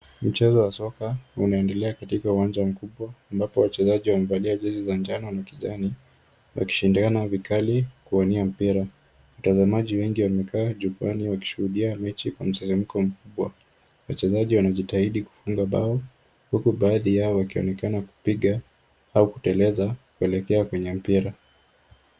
Mchezo wa soka unaendelea katika uwanja mkubwa, ambapo wachezaji wamevalia jezi za njano na kijani, wakishindana vikali, kuwania mpira. Watazamaji wengi wamekaa jukwaani, wakishuhudia mechi kwa msisimko mkubwa. Wachezaji wanajitahidi kufunga bao huku baadhi yao wakionekana kupiga au kuteleza kuelekea kwenye mpira.